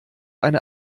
eine